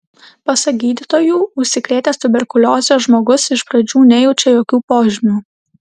pasak gydytojų užsikrėtęs tuberkulioze žmogus iš pradžių nejaučia jokių požymių